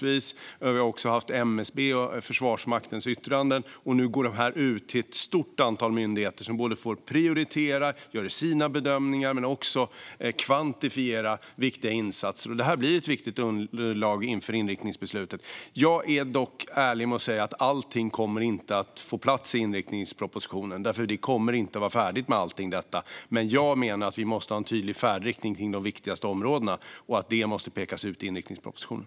Vi har också fått MSB:s och Försvarsmaktens yttranden. Nu går de ut till ett stort antal myndigheter som får prioritera, göra sina bedömningar och kvantifiera viktiga insatser. Detta blir ett viktigt underlag inför inriktningsbeslutet. Jag är dock ärlig med att säga att allt inte kommer att få plats i inriktningspropositionen eftersom allt inte kommer att vara färdigt. Men jag menar att vi måste ha en tydlig färdriktning för de viktigaste områdena och att detta måste pekas ut i inriktningspropositionen.